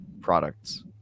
products